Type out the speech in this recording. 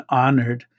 honored